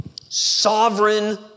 Sovereign